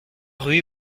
rue